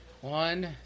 One